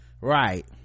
right